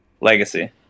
legacy